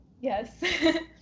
yes